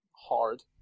hard